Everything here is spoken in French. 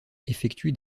effectuent